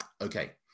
Okay